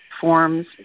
forms